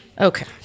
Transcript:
Okay